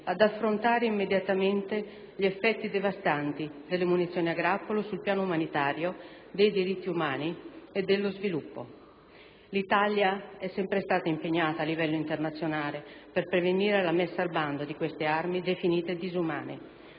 ad affrontare immediatamente gli effetti devastanti delle munizioni a grappolo sul piano umanitario, dei diritti umani e dello sviluppo. L'Italia è stata sempre impegnata a livello internazionale per pervenire alla messa al bando di queste armi definite disumane,